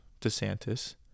DeSantis